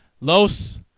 Los